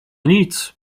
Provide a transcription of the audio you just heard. nic